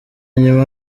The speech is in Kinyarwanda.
nyuma